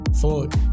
forward